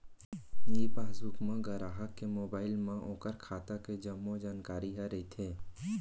ई passbook म गराहक के मोबाइल म ओकर खाता के जम्मो जानकारी ह रइथे